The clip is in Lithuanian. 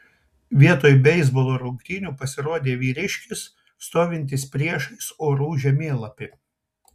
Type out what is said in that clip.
vietoj beisbolo rungtynių pasirodė vyriškis stovintis priešais orų žemėlapį